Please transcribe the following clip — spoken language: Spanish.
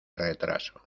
retraso